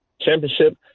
championship